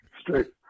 Straight